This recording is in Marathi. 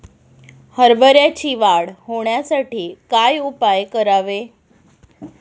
हरभऱ्याची वाढ होण्यासाठी काय उपाय करावे?